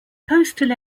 postal